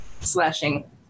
slashing